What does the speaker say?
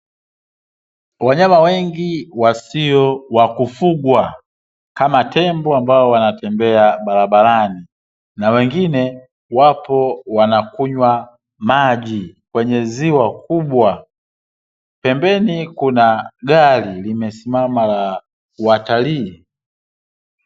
Wanyama wengi wasio wa kufugwa kama, tembo ambao wanatembea barabarani na wengine wapo wanakunywa maji kwenye ziwa kubwa, pembeni kuna gari limesimama la watalii.